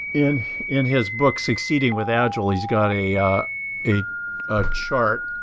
in in his book succeeding with agile, he's got a ah a ah chart,